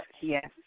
yes